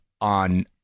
on